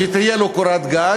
שתהיה לו קורת גג,